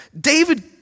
David